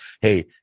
Hey